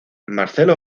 marcelo